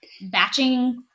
batching